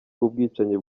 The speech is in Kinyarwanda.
ubwicanyi